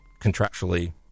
contractually